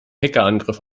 hackerangriff